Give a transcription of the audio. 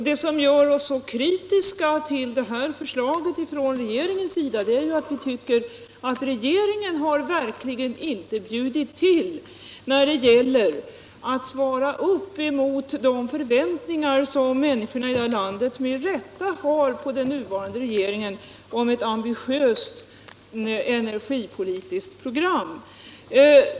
Det som gör oss så kritiska mot detta förslag från regeringen är att vi tycker att regeringen verkligen inte har bjudit till när det gäller att svara mot de förväntningar som människorna i detta land med rätta har på den nuvarande regeringen om ett ambitiöst energipolitiskt program.